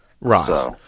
Right